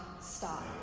stop